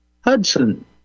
Hudson